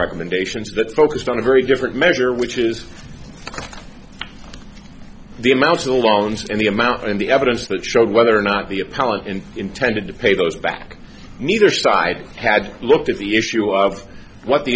recommendations that focused on a very different measure which is the amount of the loans and the amount and the evidence that showed whether or not the appellant in intended to pay those back neither side had looked at the issue of what the